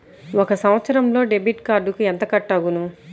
ఒక సంవత్సరంలో డెబిట్ కార్డుకు ఎంత కట్ అగును?